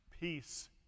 peace